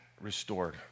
restored